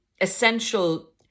essential